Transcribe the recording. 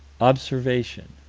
observation,